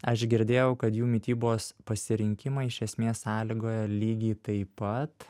aš girdėjau kad jų mitybos pasirinkimą iš esmės sąlygoja lygiai taip pat